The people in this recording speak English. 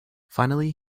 finally